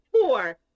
four